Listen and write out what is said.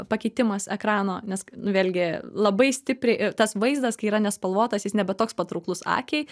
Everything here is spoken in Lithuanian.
pakeitimas ekrano nes nu vėlgi labai stipriai ir tas vaizdas kai yra nespalvotas jis nebe toks patrauklus akiai